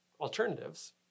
alternatives